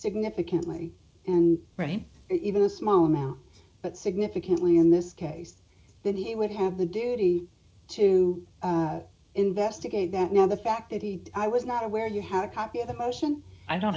significantly and right even a small amount but significantly in this case then he would have the duty to investigate that now the fact that he i was not aware you had a copy of motion i